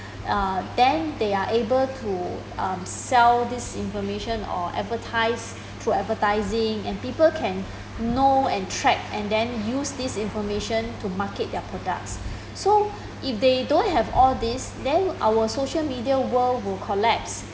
uh then they are able to um sell this information or advertise through advertising and people can know and track and then use this information to market their products so if they don't have all these then our social media world would collapse